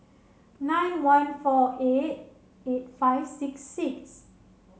nine one four eight eight five six six